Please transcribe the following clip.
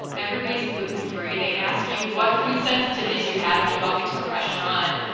everybody's gluten free, they ask you what food sensitivities you have when you walk into a restaurant.